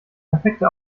perfekte